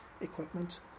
equipment